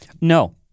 No